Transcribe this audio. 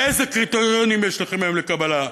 איזה קריטריונים יש לכם היום לקבלה?